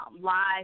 live